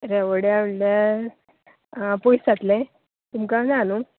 रेवोड्या म्हणल्यार पयस जातले तुमका ना नू